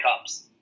cups